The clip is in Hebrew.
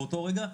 באותו רגע,